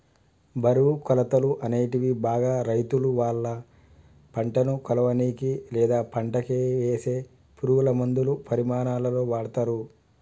బరువు, కొలతలు, అనేటివి బాగా రైతులువాళ్ళ పంటను కొలవనీకి, లేదా పంటకివేసే పురుగులమందుల పరిమాణాలలో వాడతరు